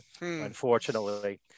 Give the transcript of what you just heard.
unfortunately